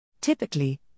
Typically